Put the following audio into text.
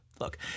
Look